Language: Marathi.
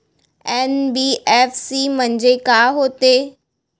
एन.बी.एफ.सी म्हणजे का होते?